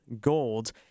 gold